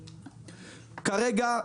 כרגע,